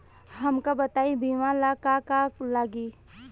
हमका बताई बीमा ला का का लागी?